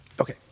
Okay